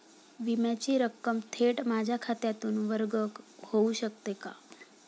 विम्याची रक्कम थेट माझ्या खात्यातून वर्ग होऊ शकते का?